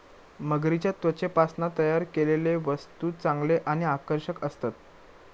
मगरीच्या त्वचेपासना तयार केलेले वस्तु चांगले आणि आकर्षक असतत